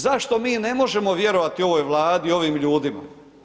Zašto mi ne možemo vjerovati ovoj Vladi i ovim ljudima?